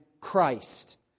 Christ